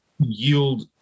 yield